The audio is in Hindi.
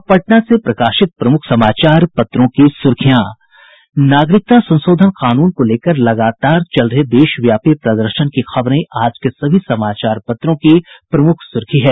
अब पटना से प्रकाशित प्रमुख समाचार पत्रों की सुर्खियां नागरिकता संशोधन कानून को लेकर लगातार चल रहे देशव्यापी प्रदर्शन की खबरें आज के सभी समाचार पत्रों की प्रमुख सुर्खी है